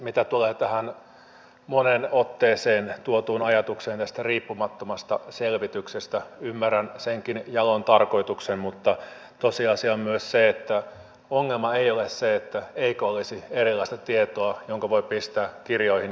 mitä tulee tähän moneen otteeseen tuotuun ajatukseen tästä riippumattomasta selvityksestä niin ymmärrän senkin jalon tarkoituksen mutta tosiasia on myös se että ongelma ei ole se että ei olisi erilaista tietoa jonka voi pistää kirjoihin ja kansiin